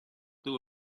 too